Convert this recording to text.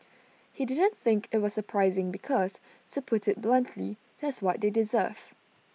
he didn't think IT was surprising because to put IT bluntly that's what they deserve